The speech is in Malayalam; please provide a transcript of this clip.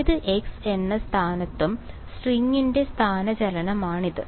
ഏത് x എന്ന സ്ഥാനത്തും സ്ട്രിംഗിന്റെ സ്ഥാനചലനമാണിത്